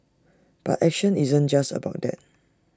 but action isn't just about that